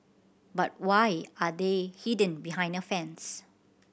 but why are they hidden behind a fence